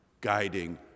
guiding